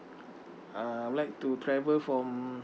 uh I would like to travel from